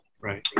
Right